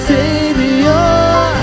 Savior